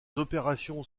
opérations